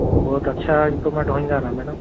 بہت اچھا اپمرومینٹ ہوئیں گا نا میڈیم